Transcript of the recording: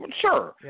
Sure